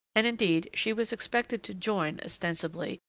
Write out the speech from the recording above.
and, indeed, she was expected to join, ostensibly,